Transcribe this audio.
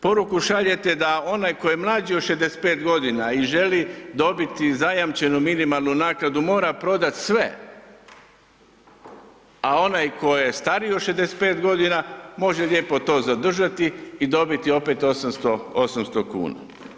Poruku šaljete da onaj ko je mlađi od 65 godina i želi dobiti zajamčenu minimalnu naknadu mora prodati sve, a onaj ko je stariji od 65 godina može lijepo to zadržati i dobiti opet 800 kuna.